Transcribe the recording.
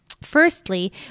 Firstly